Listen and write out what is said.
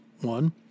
One